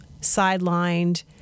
sidelined